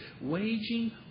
waging